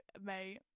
mate